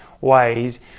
ways